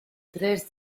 tres